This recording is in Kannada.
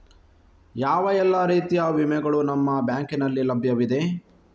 ಯಾವ ಎಲ್ಲ ರೀತಿಯ ವಿಮೆಗಳು ನಿಮ್ಮ ಬ್ಯಾಂಕಿನಲ್ಲಿ ಲಭ್ಯವಿದೆ?